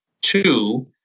two